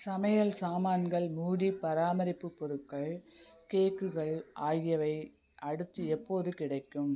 சமையல் சாமான்கள் மூடி பராமரிப்புப் பொருட்கள் கேக்குகள் ஆகியவை அடுத்து எப்போது கிடைக்கும்